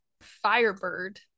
Firebird